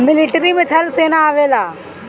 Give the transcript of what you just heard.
military में थल सेना आवेला